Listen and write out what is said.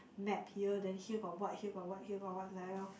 map here then here got what here got what here got what like that lor